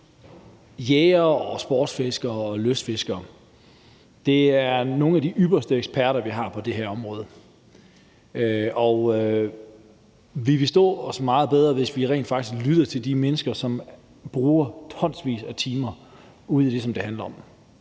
jægere, sportsfiskere og lystfiskere er nogle af de ypperste eksperter, vi har på det her område, og vi ville stå os meget bedre, hvis vi rent faktisk lyttede til de mennesker, som bruger tonsvis af timer ude i det, som det handler om.